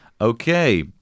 Okay